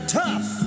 tough